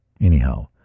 Anyhow